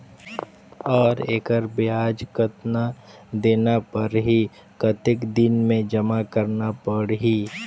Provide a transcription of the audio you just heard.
और एकर ब्याज कतना देना परही कतेक दिन मे जमा करना परही??